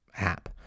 app